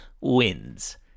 wins